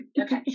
Okay